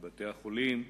בבתי-החולים,